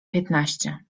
piętnaście